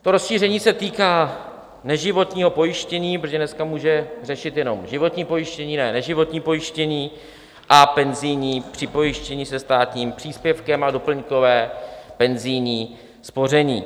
To rozšíření se týká neživotního pojištění, protože dneska může řešit jenom životní pojištění, ne neživotní pojištění, a penzijní připojištění se státním příspěvkem a doplňkové penzijní spoření.